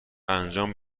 انجام